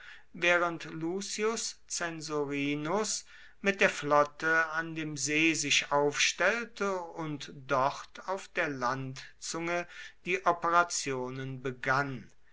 während lucius censorinus mit der flotte an dem see sich aufstellte und dort auf der landzunge die operationen begann